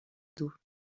dos